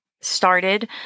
started